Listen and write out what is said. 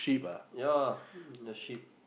ya the sheep